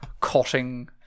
cutting